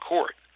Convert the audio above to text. Court